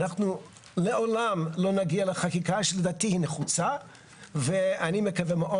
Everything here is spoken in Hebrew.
אנחנו לעולם לא נגיע לחקיקה שלדעתי היא נחוצה ואני מקווה מאוד